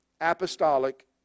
apostolic